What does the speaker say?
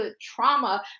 trauma